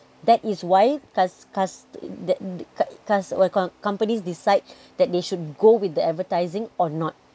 that is why cars cars the cars what do you call companies decide that they should go with the advertising or not